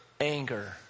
anger